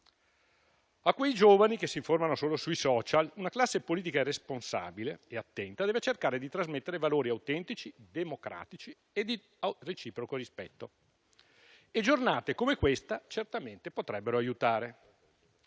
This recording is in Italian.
A quei giovani, che si informano solo sui *social*, una classe politica, responsabile e attenta, deve cercare di trasmettere valori autentici, democratici e di reciproco rispetto e giornate come quella in esame certamente potrebbero aiutare.